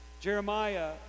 Jeremiah